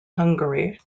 hungary